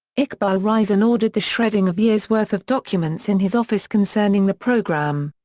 iqbal riza and ordered the shredding of years' worth of documents in his office concerning the programme.